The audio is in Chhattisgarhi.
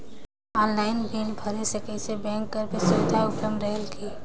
ऑनलाइन बिल भरे से कइसे बैंक कर भी सुविधा उपलब्ध रेहेल की?